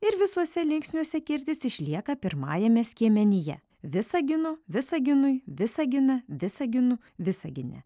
ir visuose linksniuose kirtis išlieka pirmajame skiemenyje visagino visaginui visaginą visaginu visagine